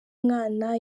mwana